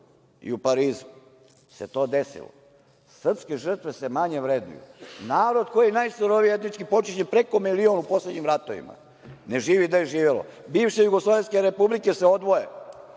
i u Parizu se to desilo, srpske žrtve se manje vrednuju. Narod koji je najsurovije etnički počišćen, preko milion u poslednjim ratovima ne živi gde je živelo. Bivše jugoslovenske republike se odvoje,